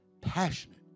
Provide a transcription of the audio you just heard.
passionate